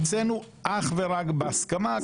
אצלנו אך ורק בהסכמה,